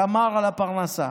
הוא שמר על הפרנסה.